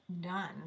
done